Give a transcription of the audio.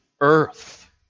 earth